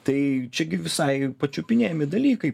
tai čiagi visai pačiupinėjami dalykai